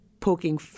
poking